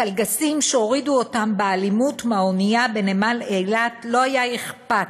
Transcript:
לקלגסים שהורידו אותם באלימות מהאונייה בנמל אילת לא היה אכפת.